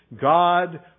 God